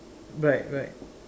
right right